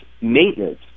maintenance